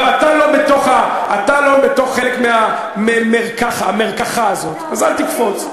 לא, אתה לא בתוך, חלק מהמרקחה הזאת, אז אל תקפוץ.